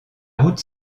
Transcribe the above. route